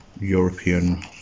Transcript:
European